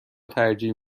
ترجیح